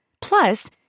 Plus